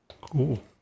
Cool